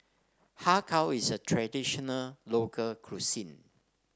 Har Kow is a traditional local cuisine